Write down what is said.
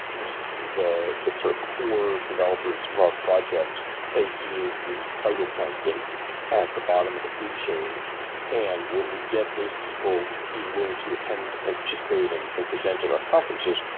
we see the sort of core developers of our projects as being the phytoplankton at the bottom of the food chain and when we get those people being willing to attend and participate and and present at our conferences,